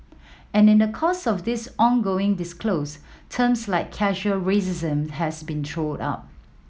and in the course of this ongoing discourse terms like casual racism have been thrown up